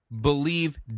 believe